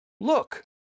look